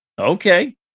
Okay